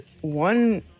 one